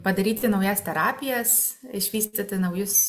padaryti naujas terapijas išvystyti naujus